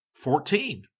Fourteen